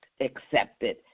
accepted